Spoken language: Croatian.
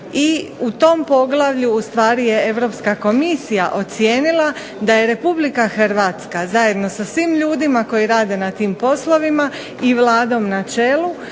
u tom poglavlju ustvari je Europska komisija ocijenila da je RH zajedno sa svim ljudima koji rade na tim poslovima i Vladom na čelu